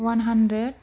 one hundred